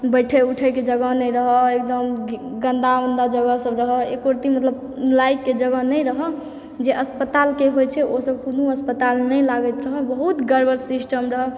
बैठै उठैके जगह नहि रहऽ एकदम गन्दा उन्दा जगह सब रहऽ एको रति मतलब लायकके जगह नहि रहऽ जे अस्पतालके होइ छै ओ सब कोनो अस्पतालमे नहि लागैत रहै बहुत गड़बड़ सिस्टम रहऽ जे